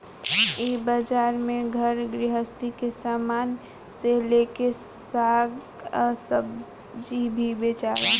इ बाजार में घर गृहस्थी के सामान से लेके साग आ सब्जी भी बेचाला